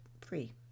free